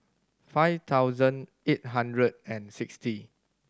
five thousand eight hundred and sixty